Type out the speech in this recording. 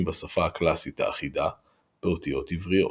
בשפה הקלאסית האחידה – באותיות עבריות,